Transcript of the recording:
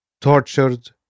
tortured